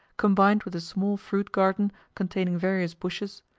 combined with a small fruit garden containing various bushes,